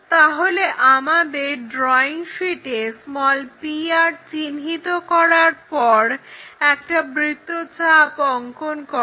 তাহলে আমাদের ড্রইং শীটে p r চিহ্নিত করবার পর একটা বৃত্তচাপ অঙ্কন করো